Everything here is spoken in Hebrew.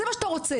זה מה שאתה רוצה.